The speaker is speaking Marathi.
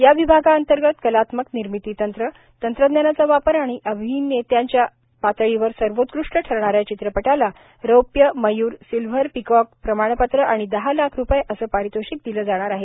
या विभागाअंतर्गत कलात्मक निर्मिती तंत्र तंत्रज्ञानाचा वापर आणि अभिनयतेच्या पातळीवर सर्वोत्कष्ट ठरणाऱ्या चित्रपटाला रौप्य मय्र सिल्व्हर पिकॉक प्रमाणपत्र आणि दहा लाख रुपये असं पारितोषिक दिलं जाणार आहे